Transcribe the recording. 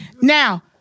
now